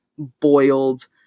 boiled